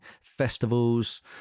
festivals